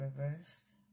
reversed